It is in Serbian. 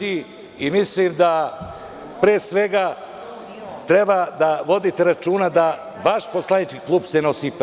I mislim da, pre svega, treba da vodite računa da vaš poslanički klub se ne osipa.